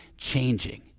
changing